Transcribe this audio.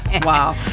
wow